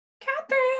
Catherine